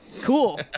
Cool